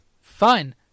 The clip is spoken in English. fine